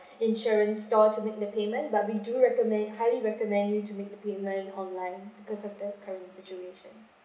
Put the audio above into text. insurance store to make the payment but we do recommend highly recommend you to make the payment online because of the current situation